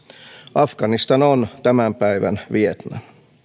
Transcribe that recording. afganistan on tämän päivän vietnam